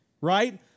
right